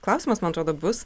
klausimas man atrodo bus